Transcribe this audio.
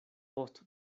post